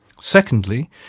Secondly